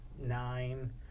nine